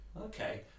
Okay